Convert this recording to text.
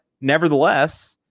nevertheless